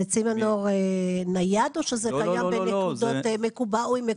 זה סימנור נייד או שזה קיים במקומות מקובעים?